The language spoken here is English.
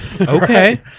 Okay